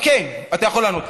כן, אתה יכול לענות.